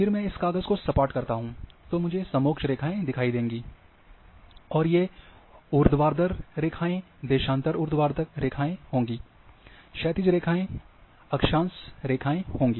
फिर मैं इस काग़ज़ को सपाट करता हूं तो मुझे समोच्च रेखाएं दिखायी देंगी यहाँ जो ऊर्ध्वाधर रेखाएँ हैं वो देशांतर ऊर्ध्वाधर रेखाएँ होंगी और जो क्षैतिज रेखाएँ हैं वो अक्षाँश रेखायें होंगी